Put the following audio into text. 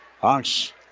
Hawks